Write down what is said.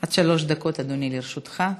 עד שלוש דקות, אדוני, לרשותך.